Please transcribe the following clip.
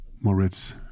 Moritz